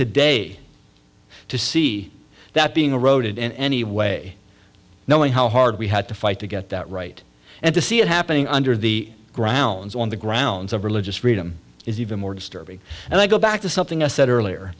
today to see that being eroded in any way knowing how hard we had to fight to get that right and to see it happening under the grounds on the grounds of religious freedom is even more disturbing and i go back to something i said earlier